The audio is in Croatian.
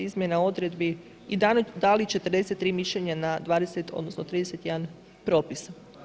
izmjena odredbi i dali 43 mišljenja na 20 odnosno 31 propis.